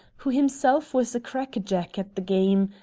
who himself was a crackerjack at the game,